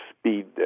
speed